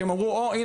כי הם אמרו: אוה,